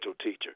teacher